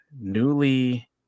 newly